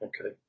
okay